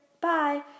Bye